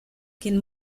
quien